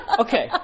Okay